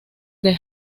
del